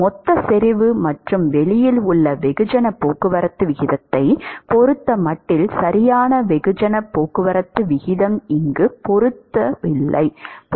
மொத்த செறிவு மற்றும் வெளியில் உள்ள வெகுஜன போக்குவரத்து விகிதத்தைப் பொறுத்தமட்டில் சரியான வெகுஜன போக்குவரத்து விகிதம் இங்கு பொருந்தவில்லை